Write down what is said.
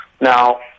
Now